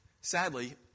Sadly